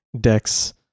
decks